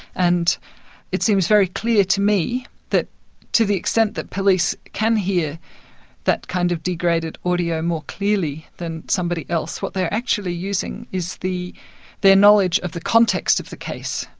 and it seems very clear to me that to the extent that police can hear that kind of degraded audio more clearly than somebody else, what they are actually using is their knowledge of the context of the case,